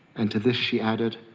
and to this she added,